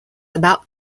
about